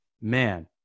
man